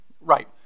Right